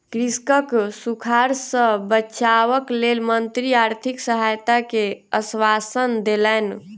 कृषकक सूखाड़ सॅ बचावक लेल मंत्री आर्थिक सहायता के आश्वासन देलैन